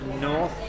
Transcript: North